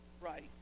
right